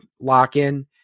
lock-in